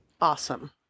Awesome